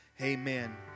amen